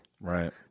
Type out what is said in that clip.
Right